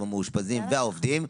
המאושפזים והעובדים שלו,